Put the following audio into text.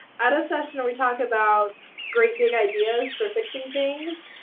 out of session, and we talk about great big ideas for fixing things.